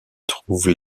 trouvent